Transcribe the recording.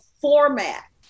format